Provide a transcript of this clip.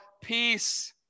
Peace